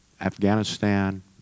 Afghanistan